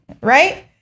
right